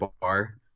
bar